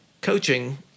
coaching